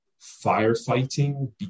firefighting